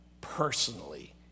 personally